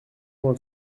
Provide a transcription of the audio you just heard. vingt